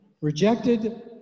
rejected